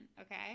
Okay